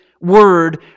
word